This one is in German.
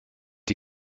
die